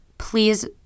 please